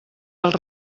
dels